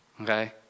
Okay